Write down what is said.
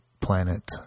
planet